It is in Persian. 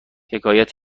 حکایت